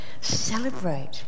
Celebrate